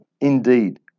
indeed